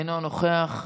אינו נוכח,